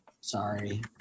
sorry